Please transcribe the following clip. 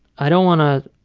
i don't want to